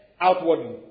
outwardly